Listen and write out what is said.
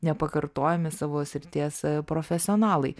nepakartojami savo srities profesionalai